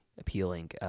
appealing